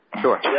Sure